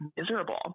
miserable